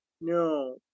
No